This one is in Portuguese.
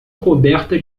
coberta